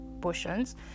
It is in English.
portions